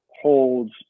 holds